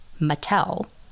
Mattel